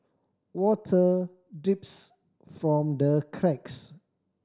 water drips from the cracks